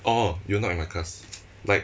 oh you not in my class